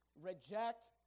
Reject